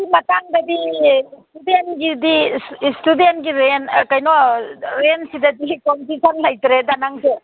ꯁꯤ ꯃꯇꯥꯡꯗꯗꯤ ꯏꯁꯇꯨꯗꯦꯟꯒꯤꯗꯤ ꯏꯁꯇꯨꯗꯦꯟꯒꯤ ꯔꯦꯟ ꯀꯩꯅꯣ ꯔꯦꯟ ꯁꯤꯗꯗꯤ ꯀꯝꯃꯤꯁꯟ ꯂꯩꯇ꯭ꯔꯦꯗ ꯅꯪꯁꯨ